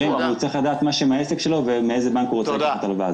הוא צריך לדעת מה שם העסק שלו ומאיזה בנק הוא רוצה לקחת הלוואה.